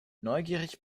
neugierig